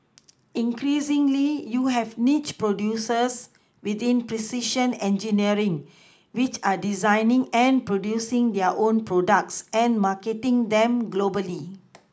increasingly you have niche producers within precision engineering which are designing and producing their own products and marketing them globally